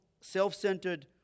self-centered